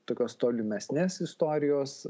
tokios tolimesnės istorijos